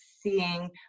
seeing